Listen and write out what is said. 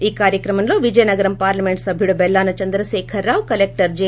ఈ కార్యక్రమంలో విజయనగరం పార్లమెంట్ సభ్యుడు బెల్లాన చంద్రకేఖర్ రావు కలెక్టర్ జె